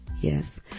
Yes